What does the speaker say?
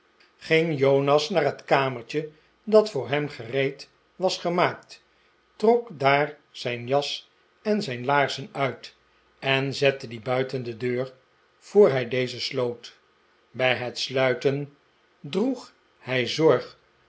ging jonas naar het kamertje dat voor hem gereed was gemaakt trok daar zijn jas en zijn laarzen uit en zette die buiten de deur voor hij deze sloot bij het sluiten droeg hij zorg